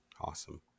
Awesome